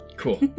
cool